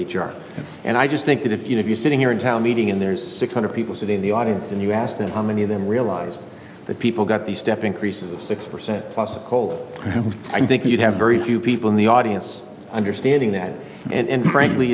charts and i just think that if you if you're sitting here in town meeting and there's six hundred people sitting in the audience and you ask them how many of them realize that people got these step increases six percent plus a cold room i think you'd have very few people in the audience understanding that and frankly